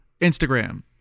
Instagram